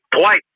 Twice